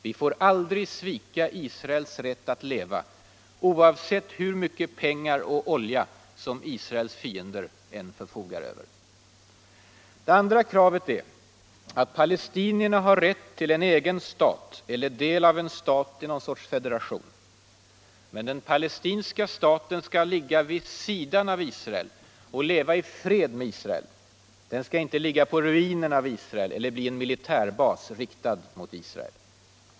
Vi får aldrig svika Israels rätt att leva oavsett hur mycket pengar och olja som Israels fiender förfogar över. 2. Palestinierna har rätt till en egen stat eller del av en stat i någon sorts federation. Men den palestinska staten skall ligga vid sidan av Israel och leva i fred med Israel. Den skall inte ligga på ruinerna av Israel eller bli en militärbas riktad mot Israel.